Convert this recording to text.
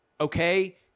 Okay